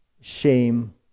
shame